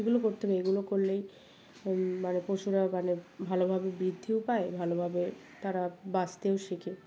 এগুলো করতে নেই এগুলো করলেই মানে পশুরা মানে ভালোভাবে বৃদ্ধিও পায় ভালোভাবে তারা বাঁচতেও শেখে